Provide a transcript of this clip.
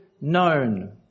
known